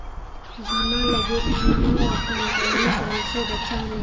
ᱵᱤᱢᱟ ᱞᱟᱹᱜᱤᱫ ᱵᱤᱢᱟ ᱟᱠᱟᱱ ᱠᱟᱹᱣᱰᱤ ᱯᱟᱸᱪ ᱥᱚ ᱵᱟᱪᱷᱟᱣ ᱢᱮ